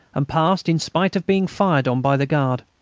and passed, in spite of being fired on by the guard.